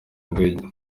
ndege